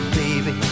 baby